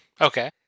Okay